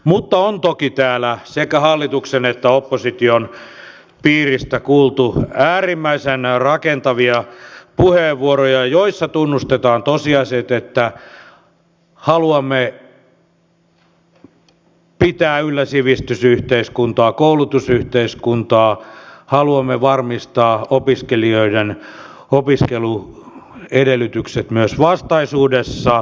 mutta on toki täällä sekä hallituksen että opposition piiristä kuultu äärimmäisen rakentavia puheenvuoroja joissa tunnustetaan tosiasiat että haluamme pitää yllä sivistysyhteiskuntaa koulutusyhteiskuntaa haluamme varmistaa opiskelijoiden opiskeluedellytykset myös vastaisuudessa